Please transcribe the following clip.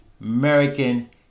American